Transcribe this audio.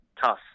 tough